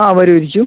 ആ വരൂ ഇരിക്കൂ